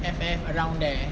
F_F around there